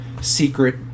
secret